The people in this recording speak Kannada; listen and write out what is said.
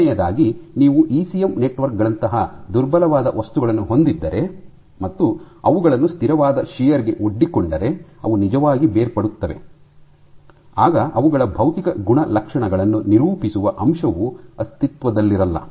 ಎರಡನೆಯದಾಗಿ ನೀವು ಇಸಿಎಂ ನೆಟ್ವರ್ಕ್ ಗಳಂತಹ ದುರ್ಬಲವಾದ ವಸ್ತುಗಳನ್ನು ಹೊಂದಿದ್ದರೆ ಮತ್ತು ಅವುಗಳನ್ನು ಸ್ಥಿರವಾದ ಶಿಯರ್ ಗೆ ಒಡ್ಡಿಕೊಂಡರೆ ಅವು ನಿಜವಾಗಿ ಬೇರ್ಪಡುತ್ತವೆ ಆಗ ಅವುಗಳ ಭೌತಿಕ ಗುಣಲಕ್ಷಣಗಳನ್ನು ನಿರೂಪಿಸುವ ಅಂಶವು ಅಸ್ತಿತ್ವದಲ್ಲಿರಲ್ಲ